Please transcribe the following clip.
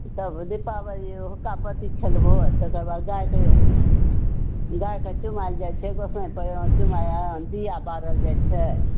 ई पर्ब दीपाबली हुक्कापत्ति खेलभो तेकर बाद गायके चुमाओल जाइ छै गोसाइ पर चुमाओन दिया बारल जाइ छै